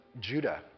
Judah